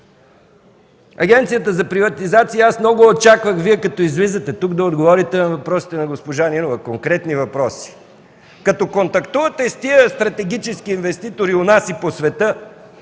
Агенцията за приватизация като излизате тук да отговорите на въпросите на госпожа Нинова – конкретни въпроси – като контактувате с тези стратегически инвеститори у нас и по света